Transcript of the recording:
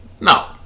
No